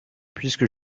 puisque